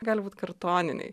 gali būti kartoniniai